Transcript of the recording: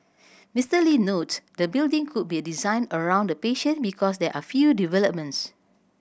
Mister Lee note the building could be designed around the patient because there are a few developments